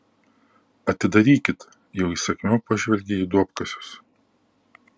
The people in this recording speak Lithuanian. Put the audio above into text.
atidarykit jau įsakmiau pažvelgė į duobkasius